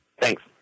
Thanks